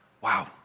Wow